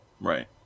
Right